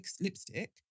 lipstick